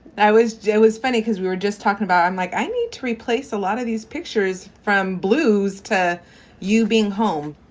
was yeah was funny cause we were just talking about, i'm like, i need to replace a lot of these pictures from blues to you being home.